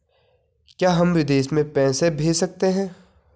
क्या हम विदेश में पैसे भेज सकते हैं?